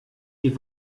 die